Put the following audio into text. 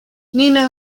nina